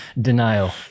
Denial